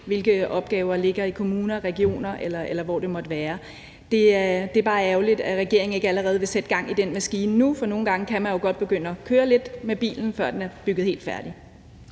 hvilke opgaver der ligger i kommuner, regioner, eller hvor det måtte være. Det er bare ærgerligt, at regeringen ikke allerede vil sætte gang i den maskine nu, for nogle gange kan man jo godt begynde at køre lidt med bilen, før den er bygget helt færdig.